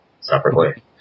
separately